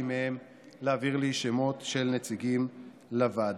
מהם להעביר לי שמות של נציגים לוועדה.